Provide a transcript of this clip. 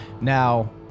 Now